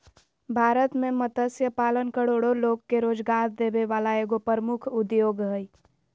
भारत में मत्स्य पालन करोड़ो लोग के रोजगार देबे वला एगो प्रमुख उद्योग हइ